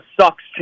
sucks